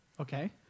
Okay